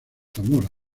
zamora